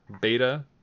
Beta